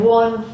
one